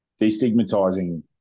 destigmatizing